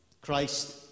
Christ